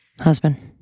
Husband